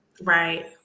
Right